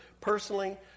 Personally